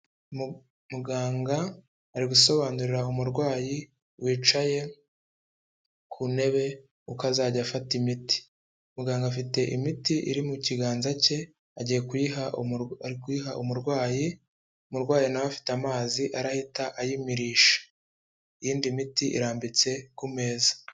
Muganga ari gusobanurira umurwayi wicaye ku ntebe uko azajya afata imiti. Muganga afite imiti iri mu kiganza cye agiye kuyiha, arikuyiha umurwayi. Umurwayi na we afite amazi arahita ayimirisha. Iyindi miti irambitse ku meza.